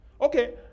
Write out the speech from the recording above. Okay